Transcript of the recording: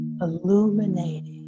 illuminating